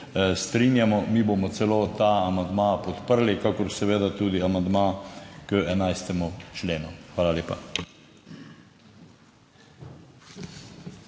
strinjamo, mi bomo celo ta amandma podprli, kakor seveda tudi amandma k 11. členu. Hvala lepa.